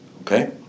okay